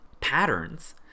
patterns